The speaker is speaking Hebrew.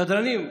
סדרנים,